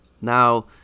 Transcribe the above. Now